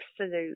absolute